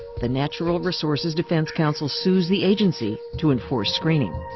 the natural resources defense council sues the agency to enforce screening.